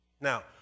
Now